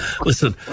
listen